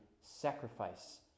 sacrifice